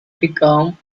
become